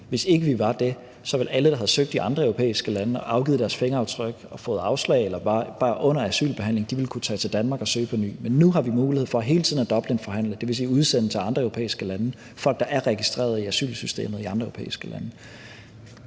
hvis ikke vi var det, ville alle, der havde søgt i andre europæiske lande og afgivet deres fingeraftryk og fået afslag eller bare var under asylbehandlingen, kunne tage til Danmark og søge på ny. Men nu har vi mulighed for hele tiden at Dublinforhandle, dvs. udsende folk, der er registreret i asylsystemet i andre europæiske lande,